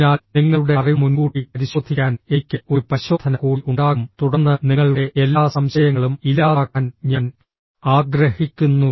അതിനാൽ നിങ്ങളുടെ അറിവ് മുൻകൂട്ടി പരിശോധിക്കാൻ എനിക്ക് ഒരു പരിശോധന കൂടി ഉണ്ടാകും തുടർന്ന് നിങ്ങളുടെ എല്ലാ സംശയങ്ങളും ഇല്ലാതാക്കാൻ ഞാൻ ആഗ്രഹിക്കുന്നു